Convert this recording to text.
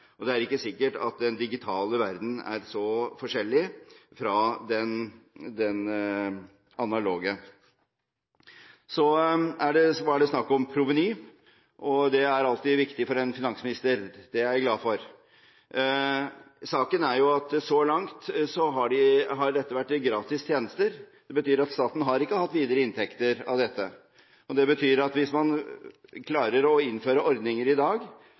Det er ikke sikkert at den digitale verdenen er så forskjellig fra den analoge. Så var det snakk om proveny. Det er alltid viktig for en finansminister. Det er jeg glad for. Saken er at så langt har dette vært gratis tjenester. Det betyr at staten ikke har hatt videre inntekter av dette, og det betyr at hvis man klarer å innføre ordninger i dag,